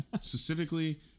Specifically